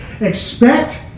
Expect